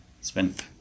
spent